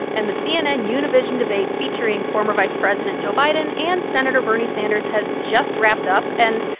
and the cnn univision debate featuring former vice president joe biden and senator bernie sanders has just wrapped up. and,